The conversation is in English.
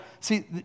see